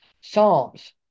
Psalms